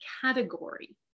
category